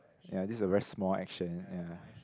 ya this is a very small action ya